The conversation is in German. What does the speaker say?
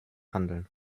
handeln